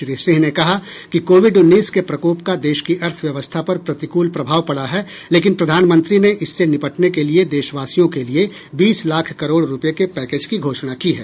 श्री सिंह ने कहा कि कोविड उन्नीस के प्रकोप का देश की अर्थव्यवस्था पर प्रतिकूल प्रभाव पड़ा है लेकिन प्रधानमंत्री ने इससे निपटने के लिए देशवासियों के लिए बीस लाख करोड़ रुपये के पैकेज की घोषणा की है